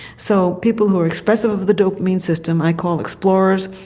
so people who are expressive of the dopamine system i call explorers,